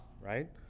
right